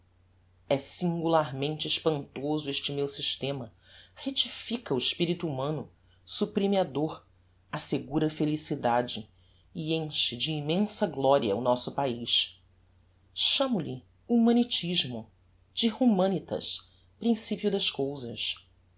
é singularmente espantoso este meu systema rectifica o espirito humano supprime a dor assegura a felicidade e enche de immensa gloria o nosso paiz chamo-lhe humanitismo de humanitas principio das cousas